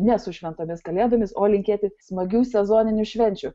ne su šventomis kalėdomis o linkėti smagių sezoninių švenčių